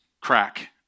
crack